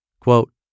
Quote